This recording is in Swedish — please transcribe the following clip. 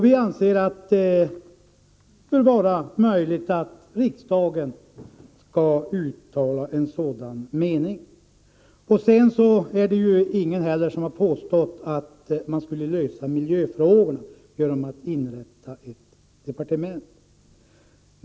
Vi anser att det bör vara möjligt för riksdagen att uttala en sådan mening. Ingen har påstått att man skulle lösa miljöfrågorna genom att inrätta ett departement.